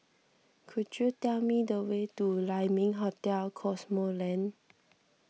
could you tell me the way to Lai Ming Hotel Cosmoland